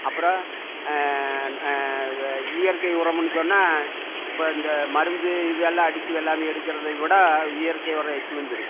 அப்பறம் இயற்கை உரம்னு சொன்னால் இப்போ இந்த மருந்து இதெல்லாம் அடிச்சு வெள்ளாமை எடுக்கிறது விட இயற்கை உரம் எச்சி வந்துருது